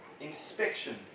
inspection